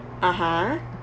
(uh huh)